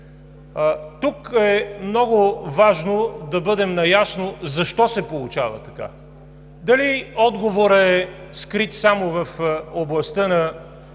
Тук е много важно да бъдем наясно защо се получава така. Дали отговорът е скрит само в областта на